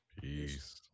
Peace